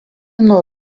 nuo